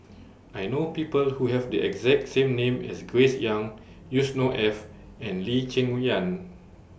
I know People Who Have The exact name as Grace Young Yusnor Ef and Lee Cheng Yan